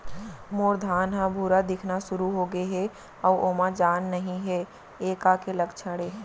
मोर धान ह भूरा दिखना शुरू होगे हे अऊ ओमा जान नही हे ये का के लक्षण ये?